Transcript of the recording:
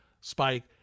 Spike